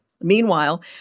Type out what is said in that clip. Meanwhile